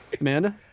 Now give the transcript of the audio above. Amanda